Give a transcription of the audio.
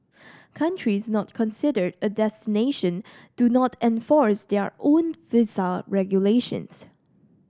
countries not consider a destination do not enforce their own visa regulations